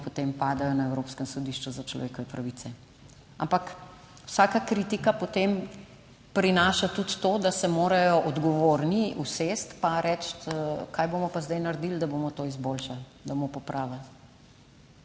potem padejo na Evropskem sodišču za človekove pravice, ampak vsaka kritika potem prinaša tudi to, da se morajo odgovorni usesti pa reči, kaj bomo pa zdaj naredili, da bomo to izboljšali, da bomo popravili.